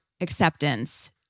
acceptance